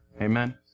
Amen